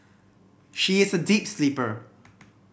she is a deep sleeper